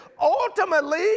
ultimately